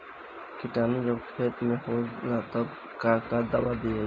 किटानु जब खेत मे होजाला तब कब कब दावा दिया?